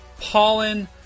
pollen